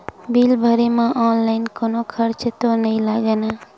Bill भरे मा online कोनो चार्ज तो नई लागे ना?